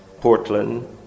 Portland